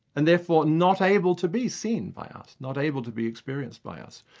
and therefore not able to be seen by us, not able to be experienced by us.